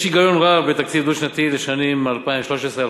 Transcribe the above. יש היגיון רב בתקציב דו-שנתי לשנים 2014-2013,